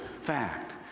fact